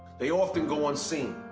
they often go unseen,